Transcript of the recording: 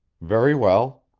very well.